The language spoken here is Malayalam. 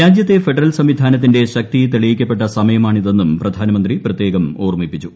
രാജ്യത്തെ ഫെഡറൽ സംവിധാനത്തിന്റെ ശക്തി തെളിയിക്കപ്പെട്ട സമയമാണിതെന്നും പ്രധാനമന്ത്രി പ്രത്യേകം ഓർമ്മിപ്പിച്ചു